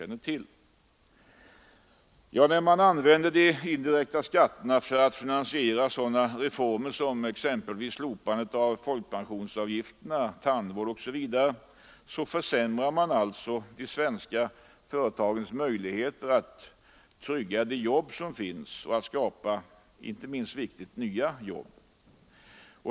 När man använder de indirekta skatterna för att finansiera sådana reformer som slopandet av folkpensionsavgifterna, tandvård osv., försämrar man alltså de svenska företagens möjligheter att trygga de jobb som finns och — det är inte minst viktigt — att skapa nya jobb.